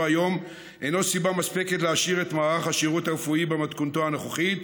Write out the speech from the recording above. היום אינו סיבה מספקת להשאיר את מערך השירות הרפואי במתכונתו הנוכחית,